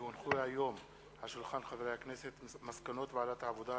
כי הונחו היום על שולחן הכנסת מסקנות ועדת העבודה,